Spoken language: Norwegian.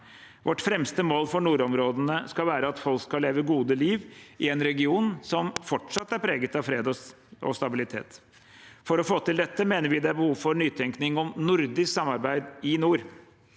Vårt fremste mål for nordområdene skal være at folk skal leve gode liv i en region som fortsatt er preget av fred og stabilitet. For å få til dette mener vi det er behov for nytenkning om nordisk samarbeid i nord.